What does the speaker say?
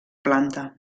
planta